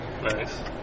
Nice